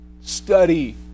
Study